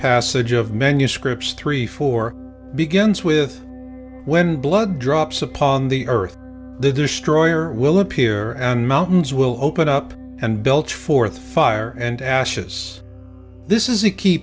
passage of menu scripts three four begins with when blood drops upon the earth the destroyer will appear and mountains will open up and belch forth fire and ashes this is a key